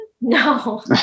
no